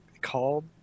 called